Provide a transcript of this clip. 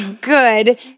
good